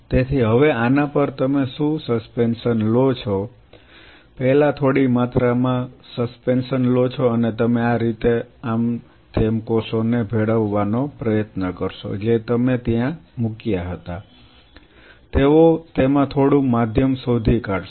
તેથી હવે આના પર તમે શું સસ્પેન્શન લો છો પહેલા થોડી માત્રામાં સસ્પેન્શન લો છો અને તમે આ રીતે આમ તેમ કોષો ને ભેળવવાનો પ્રયત્ન કરશો જે તમે ત્યાં મૂક્યા હતા તેઓ તેમાં થોડું માધ્યમ શોધી કાઢશે